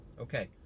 okay